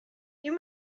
you